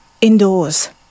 indoors